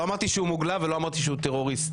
לא אמרתי שהוא מוגלה ולא אמרתי שהוא טרוריסט,